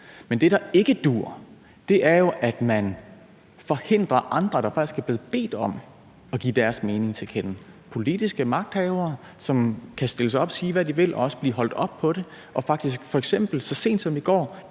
Men det, der ikke duer, er, at man forhindrer andre, der faktisk er blevet bedt om at give deres mening til kende, i at tale – politiske magthavere, som kan stille sig op og sige, hvad de vil, og også blive holdt op på det. Så sent som i går